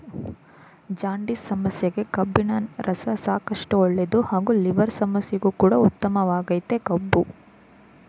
jaundice ಸಮಸ್ಯೆಗೆ ಕಬ್ಬಿನರಸ ಸಾಕಷ್ಟು ಒಳ್ಳೇದು ಹಾಗೂ ಲಿವರ್ ಸಮಸ್ಯೆಗು ಕೂಡ ಉತ್ತಮವಾಗಯ್ತೆ ಕಬ್ಬು